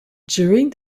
during